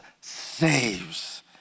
saves